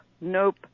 nope